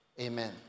Amen